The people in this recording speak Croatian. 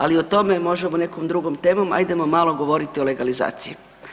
Ali o tome možemo nekom drugom temom, ajdemo malo govoriti o legalizaciji.